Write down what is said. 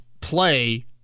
play